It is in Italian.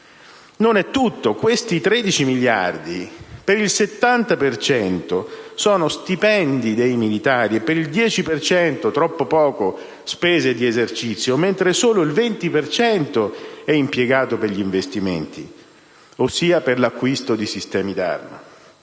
Non è tutto. Questi 13 miliardi per il 70 per cento sono stipendi dei militari e per il 10 per cento (troppo poco) spese di esercizio, mentre solo il 20 per cento è impiegato per gli investimenti, ossia per l'acquisto di sistemi d'arma.